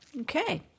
okay